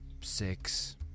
six